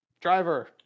Driver